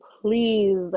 please